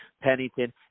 Pennington